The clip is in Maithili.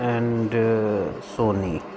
एन्ड सोनी